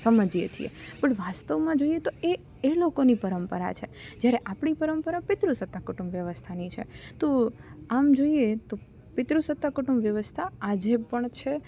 સમજીએ છીએ પણ વાસ્તવમાં જો જોઈએ તો એ એ લોકોની પરંપરા છે જ્યારે આપણી પરંપરા પિતૃસત્તા કુટુંબ વ્યવસ્થાની છે તો આમ જોઈએ તો પિતૃસત્તા કુટુંબ વ્યવસ્થા આજે પણ છે